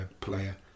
player